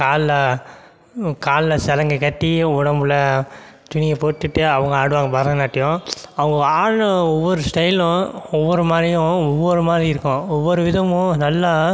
காலில் காலில் சலங்கை கட்டி உடம்பில் துணியை போட்டுட்டு அவங்க ஆடுவாங்க பரதநாட்டியம் அவங்க ஆடின ஒவ்வொரு ஸ்டைலும் ஒவ்வொரு மாதிரியும் ஒவ்வொரு மாதிரி இருக்கும் ஒவ்வொரு விதமும் நல்லா